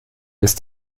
ist